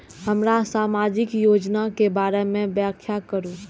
हमरा सामाजिक योजना के बारे में व्याख्या करु?